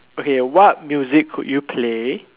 okay what music could you play